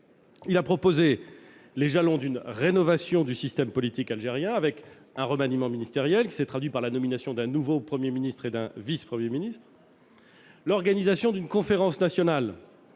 Il a proposé les jalons d'une rénovation du système politique algérien, avec un remaniement ministériel, qui s'est traduit par la nomination d'un nouveau Premier ministre et d'un vice-Premier ministre, l'organisation d'une conférence nationale,